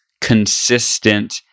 consistent